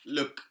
Look